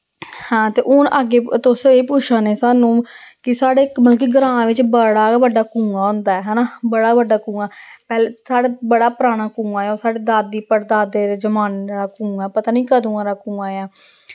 हां ते हून अग्गे तुस एह् पुच्छा ने सानूं कि साढ़े क मतलब कि ग्रांऽ बिच्च बड़ा गै बड्डा कुआं होंदा ऐ हैना बड़ा बड्डा कुआं पैह्ले साढ़े बड़ा पराना कुआं ऐ ओह् साढ़े दादी पढ़दादे दे जमाने दा कुआं ऐ पता निं कदूं आं दा कुआं ऐ